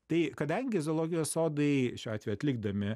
tai kadangi zoologijos sodai šiuo atveju atlikdami